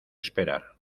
esperar